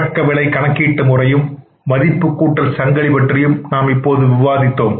அடக்கவிலை கணக்கீட்டு முறையும் மதிப்புக்கூட்டல் சங்கிலி பற்றியும் நாம் இப்போது விவாதிப்போம்